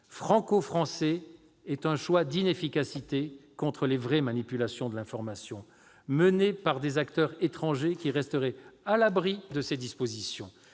franco-français est un choix d'inefficacité contre les vraies manipulations de l'information menées par des acteurs étrangers, qui resteraient à l'abri de ces dispositions.